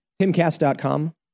Timcast.com